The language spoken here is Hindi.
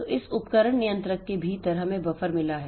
तो इस उपकरण नियंत्रक के भीतर हमें बफर मिला है